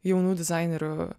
jaunų dizainerių